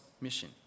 mission